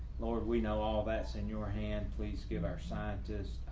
lord, we know all that's in your hand, please give our scientists,